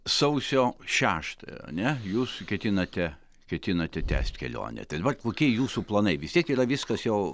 sausio šeštąją ane jūs ketinate ketinate tęst kelionę tai dabar kokie jūsų planai vis tiek viskas jau